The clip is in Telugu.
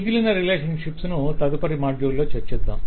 మిగిలిన రిలేషన్షిప్స్ ను తదుపరి మాడ్యూల్లో చర్చిద్దాం